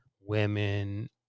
women